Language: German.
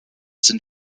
sind